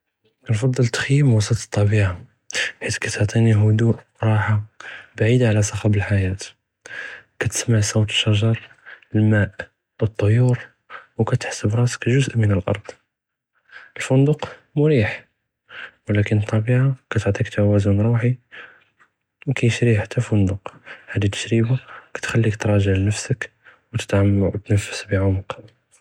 כנפצ׳ל אִלְתְּחִ׳יַימ וּסְט לְטַבִּיעַה חִית כִּתְעְטִינִי הודוּא רַאחַה בְּעִידַה עלא צַחְ'בּ לְחְיַאה, כִּתְמְסַע צוּת אֶשְּשַגַ׳ר, לְמַאא, אֶטְּיוּרוּ, וּכִתְחַס בְּרַאסֶכּ גֻזְא מִן לְאַרְד, אלְפוּנְדוּק מֻרִיח וּלַכִּן לְטַבִּיעַה כִּתְעְטִיכּ תַוַאזֶן רוּעִי מַא כִּיְשְרִיה חַתַּא פֻנְדוּק, הַאדִי אֶתְּגַ׳רִבַּה כִּתְחַלִּיכּ תְּרַאגַ׳ע לִנַפְסֶכּ וּתְּתַעַמַּק וּתְּתְּנַפַּס בְּעֻמְק.